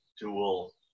dual